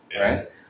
right